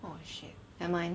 oh shit nevermind